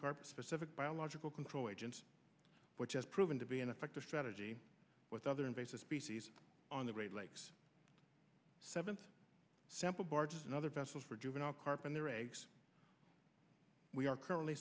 carp specific biological control agent which has proven to be an effective strategy with other invasive species on the great lakes seven sample barges and other vessels for juvenile carp and their eggs we are currently